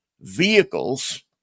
vehicles